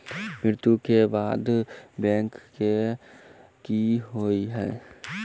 मृत्यु कऽ बाद बैंक ऋण कऽ की होइ है?